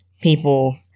people